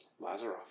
Lazaroff